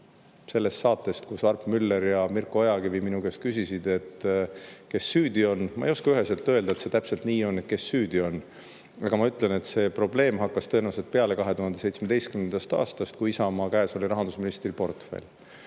sellest saatest, kus Arp Müller ja Mirko Ojakivi minu käest küsisid, kes süüdi on, aga ma ei oska üheselt öelda, et see täpselt nii on, et kes süüdi on, kuid ma ütlen, et see probleem hakkas tõenäoliselt peale 2017. aastast, kui Isamaa käes oli rahandusministri portfell.